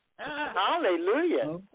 Hallelujah